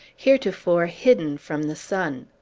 heretofore hidden from the sun.